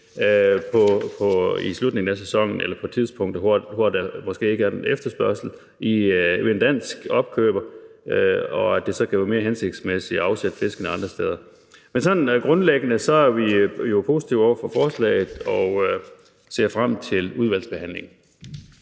i slutningen af sæsonen eller på tidspunkter, hvor der måske ikke er efterspørgsel hos en dansk opkøber, og så kan det måske være mere hensigtsmæssigt at afsætte fiskene andre steder. Men grundlæggende er vi positivt indstillet over for forslaget og ser frem til udvalgsbehandlingen.